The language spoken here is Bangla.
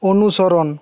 অনুসরণ